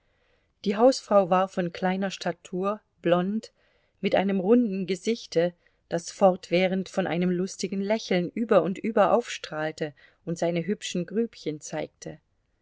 die hausfrau war von kleiner statur blond mit einem runden gesichte das fortwährend von einem lustigen lächeln über und über aufstrahlte und seine hübschen grübchen zeigte